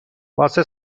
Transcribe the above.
واسه